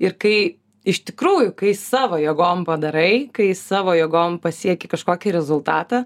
ir kai iš tikrųjų kai savo jėgom padarai kai savo jėgom pasieki kažkokį rezultatą